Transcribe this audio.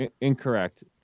Incorrect